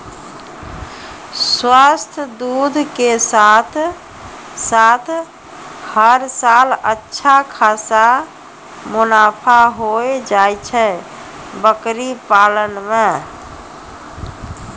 स्वस्थ दूध के साथॅ साथॅ हर साल अच्छा खासा मुनाफा होय जाय छै बकरी पालन मॅ